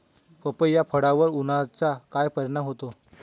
पपई या फळावर उन्हाचा काय परिणाम होतो?